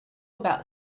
about